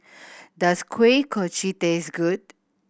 does Kuih Kochi taste good